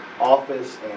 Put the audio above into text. office